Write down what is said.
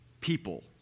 People